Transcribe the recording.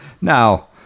Now